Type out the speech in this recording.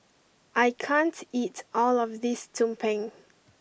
I can't eat all of this Tumpeng